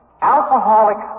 Alcoholics